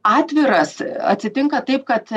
atviras atsitinka taip kad